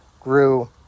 grew